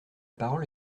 parole